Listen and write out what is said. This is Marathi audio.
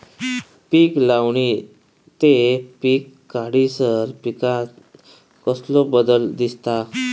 पीक लावणी ते पीक काढीसर पिकांत कसलो बदल दिसता?